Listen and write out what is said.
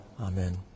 amen